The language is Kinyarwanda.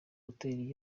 hotel